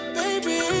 baby